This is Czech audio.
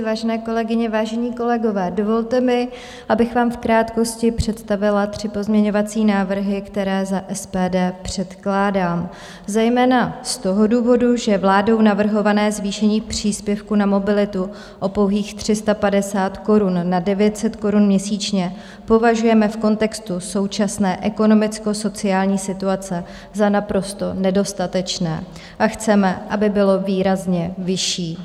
Vážené kolegyně, vážení kolegové, dovolte mi, abych vám v krátkosti představila tři pozměňovací návrhy, které za SPD předkládám zejména z toho důvodu, že vládou navrhované zvýšení příspěvku na mobilitu o pouhých 350 korun na 900 korun měsíčně považujeme v kontextu současné ekonomickosociální situace za naprosto nedostatečné a chceme, aby bylo výrazně vyšší.